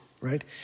right